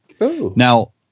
now